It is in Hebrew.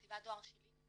כאן זה "תיבת הדואר שלי".